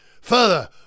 further